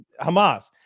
Hamas